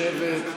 לשבת.